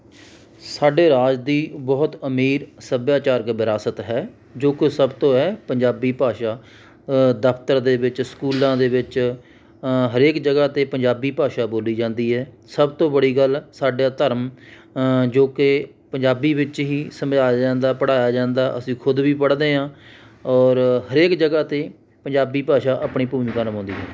ਸਾਡੇ ਰਾਜ ਦੀ ਬਹੁਤ ਅਮੀਰ ਸੱਭਿਆਚਾਰਕ ਵਿਰਾਸਤ ਹੈ ਜੋ ਕਿ ਸਭ ਤੋਂ ਹੈ ਪੰਜਾਬੀ ਭਾਸ਼ਾ ਦਫਤਰ ਦੇ ਵਿੱਚ ਸਕੂਲਾਂ ਦੇ ਵਿੱਚ ਹਰੇਕ ਜਗ੍ਹਾ 'ਤੇ ਪੰਜਾਬੀ ਭਾਸ਼ਾ ਬੋਲੀ ਜਾਂਦੀ ਹੈ ਸਭ ਤੋਂ ਬੜੀ ਗੱਲ ਸਾਡਾ ਧਰਮ ਜੋ ਕਿ ਪੰਜਾਬੀ ਵਿੱਚ ਹੀ ਸਮਝਾਇਆ ਜਾਂਦਾ ਪੜ੍ਹਾਇਆ ਜਾਂਦਾ ਅਸੀਂ ਖੁਦ ਵੀ ਪੜ੍ਹਦੇ ਹਾਂ ਔਰ ਹਰੇਕ ਜਗ੍ਹਾ 'ਤੇ ਪੰਜਾਬੀ ਭਾਸ਼ਾ ਆਪਣੀ ਭੂਮਿਕਾ ਨਿਭਾਉਂਦੀ ਹੈ